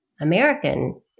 American